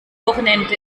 wochenende